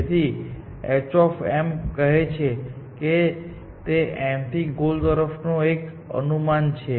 તેથી h કહે છે કે તે m થી ગોલ તરફનું એક અનુમાન છે